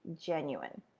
genuine